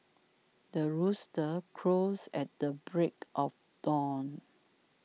the rooster crows at the break of dawn